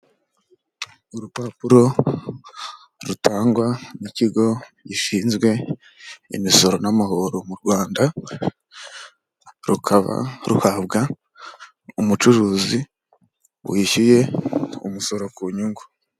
Urupapuro rutangwa n ikigo gishinzwe imisoro n'amahoro mu Rwanda, rukaba ruhabwa umucuruzi wishyuye umusoro ku nyungu.